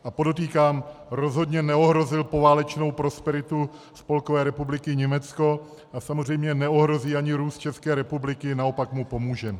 A podotýkám, rozhodně neohrozil poválečnou prosperitu Spolkové republiky Německo a samozřejmě neohrozí ani růst České republiky, naopak mu pomůže.